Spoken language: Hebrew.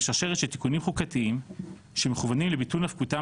בשרשרת של תיקונים חוקתיים שמכוונים לביטול נפקותם